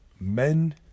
men